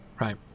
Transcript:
right